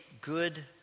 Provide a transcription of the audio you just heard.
good